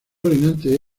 reinante